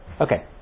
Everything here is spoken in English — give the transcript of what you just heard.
Okay